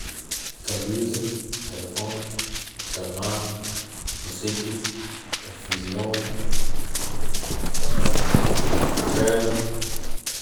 كمبيوتر ، تلفون ، سماعة ، مسجل ، تلفزيون ، رادي